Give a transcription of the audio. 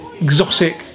exotic